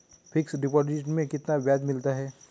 Fix deposit में कितना ब्याज मिलता है?